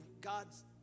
God's